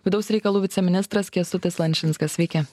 vidaus reikalų viceministras kęstutis lančinskas sveiki